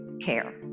care